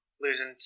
Losing